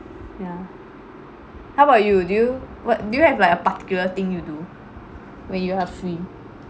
ya how about you do you what do you have like a particular thing you do when you are free